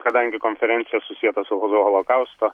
kadangi konferencija susieta su holo holokausto